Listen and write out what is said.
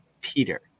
Peter